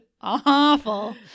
awful